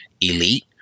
elite